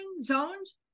zones